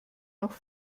noch